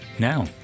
Now